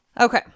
okay